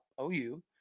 OU